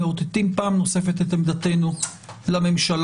מאותתים פעם נוספת את עמדתנו לממשלה